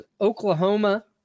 Oklahoma